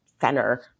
center